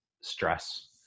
stress